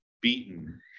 beaten